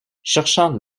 cherchant